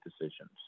decisions